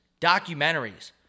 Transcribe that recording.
documentaries